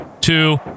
two